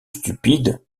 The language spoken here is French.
stupide